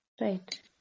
Right